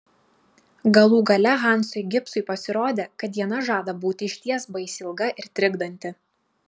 galų gale hansui gibsui pasirodė kad diena žada būti išties baisiai ilga ir trikdanti